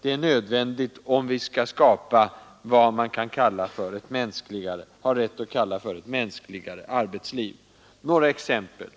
det är nödvändigt om vi skall kunna skapa vad vi har rätt att kalla för ett mänskligare arbetsliv. Jag vill nämna några exempel.